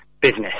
business